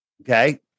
Okay